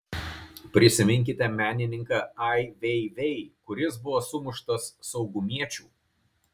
prisiminkite menininką ai vei vei kuris buvo sumuštas saugumiečių